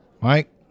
Mike